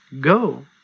go